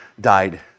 died